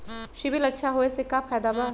CIBIL अच्छा होऐ से का फायदा बा?